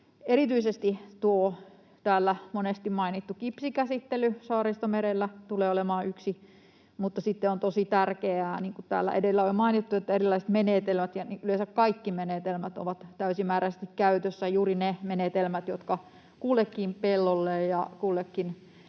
Erityisesti tuo täällä monesti mainittu kipsikäsittely Saaristomerellä tulee olemaan yksi, mutta sitten on tosi tärkeää, niin kuin täällä edellä on jo mainittu, että erilaiset menetelmät ja yleensä kaikki menetelmät ovat täysimääräisesti käytössä, juuri ne menetelmät, jotka kullekin pellolle ja kullekin